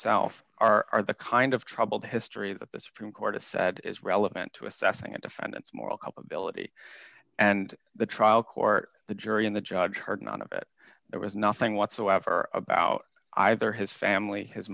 self are the kind of troubled history that the supreme court has said is relevant to assessing a defendant's moral culpability and the trial court the jury and the judge heard none of it there was nothing whatsoever about either his family his